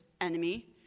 enemy